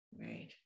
right